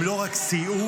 הם לא רק סייעו,